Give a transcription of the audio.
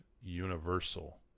universal